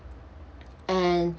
and